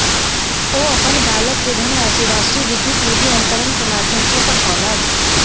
ओ अपन बालक के धनराशि राष्ट्रीय विद्युत निधि अन्तरण के माध्यम सॅ पठौलैन